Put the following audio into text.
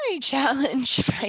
challenge